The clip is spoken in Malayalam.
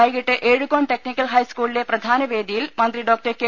വൈകിട്ട് എഴുകോൺ ടെക്നിക്കൽ ഹൈസ്കൂളിലെ പ്രധാന വേദിയിൽ മന്ത്രി ഡോക്ടർ കെ